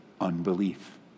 unbelief